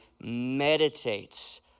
meditates